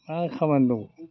मा खामानि दं